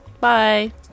Bye